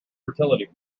fertility